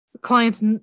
clients